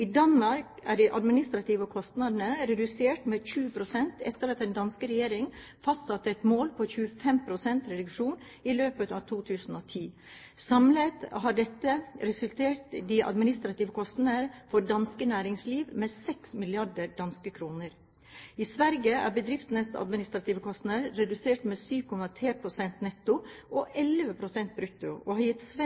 Danmark er de administrative kostnadene redusert med 20 pst. etter at den danske regjering fastsatte et mål om 25 pst. reduksjon i løpet av 2010. Samlet har dette redusert de administrative kostnadene for dansk næringsliv med 6 mrd. danske kroner. I Sverige er bedriftenes administrative kostnader redusert med 7,3 pst. netto og 11 pst. brutto og har gitt